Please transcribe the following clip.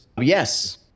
Yes